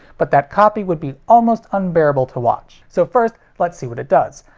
but that copy would be almost unbearable to watch. so first let's see what it does.